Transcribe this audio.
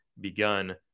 begun